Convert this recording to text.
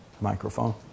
microphone